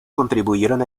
contribuyeron